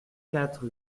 quatre